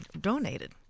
donated